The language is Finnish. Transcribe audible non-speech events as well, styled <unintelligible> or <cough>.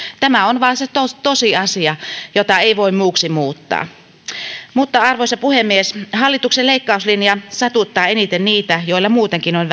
tämä on vain se tosiasia jota ei voi muuksi muuttaa arvoisa puhemies hallituksen leikkauslinja satuttaa eniten niitä joilla muutenkin on <unintelligible>